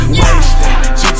wasted